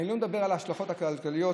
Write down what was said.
אני לא מדבר על ההשלכות הכלכליות,